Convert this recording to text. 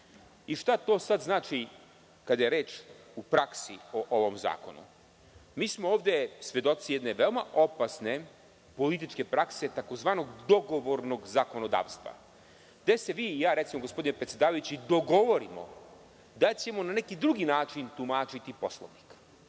Šta to sad znači kada je reč u praksi o ovom zakonu? Mi smo ovde svedoci jedne veoma opasne političke prakse tzv. dogovornog zakonodavstva gde se vi i ja, recimo, gospodine predsedavajući, dogovorimo da ćemo na neki drugi način tumačiti Poslovnik.